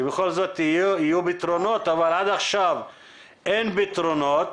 שבכל זאת יהיו פתרונות, אבל עד עכשיו אין פתרונות,